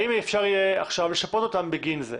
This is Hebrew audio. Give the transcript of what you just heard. האם אפשר יהיה עכשיו לשפות אותם בגין זה?